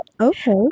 okay